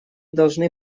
должны